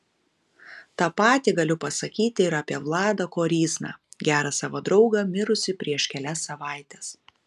tą patį galiu pasakyti ir apie vladą koryzną gerą savo draugą mirusį prieš kelias savaites